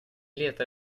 letar